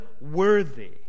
worthy